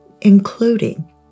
including